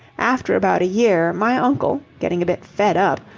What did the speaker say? after about a year, my uncle, getting a bit fed-up,